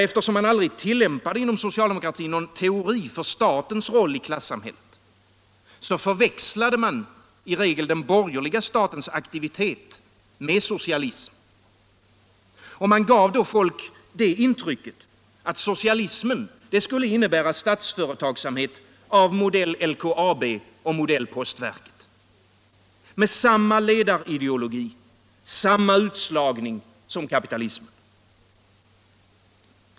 Eftersom man aldrig inom socialdemokratin tillämpade någon teori för statens roll i klassamhället, förväxlade man i regel den borgerliga statens aktivitet med socialism. Man gav folk intrycket att socialismen skulle innebära statsföretagsamhet av modell LKAB och modell postverket, med samma Icdarideologi, samma utslagning som kapitalismen.